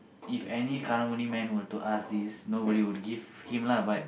if any karang-guni man were to ask this nobody will give him lah